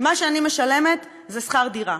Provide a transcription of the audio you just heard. מה שאני משלמת זה שכר דירה.